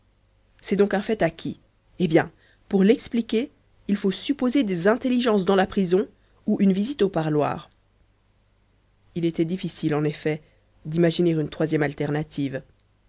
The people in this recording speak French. c'est donc un fait acquis eh bien pour l'expliquer il faut supposer des intelligences dans la prison ou une visite au parloir il était difficile en effet d'imaginer une troisième alternative